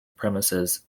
premises